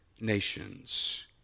nations